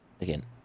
Again